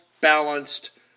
balanced